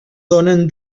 donen